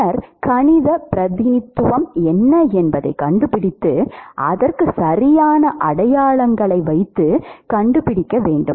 பின்னர் கணிதப் பிரதிநிதித்துவம் என்ன என்பதைக் கண்டுபிடித்து அதற்குச் சரியான அடையாளங்களை வைத்து கண்டுபிடிக்க வேண்டும்